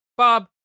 Bob